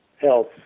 Health